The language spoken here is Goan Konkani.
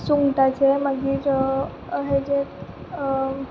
सुंगटाचें मागीर हाचें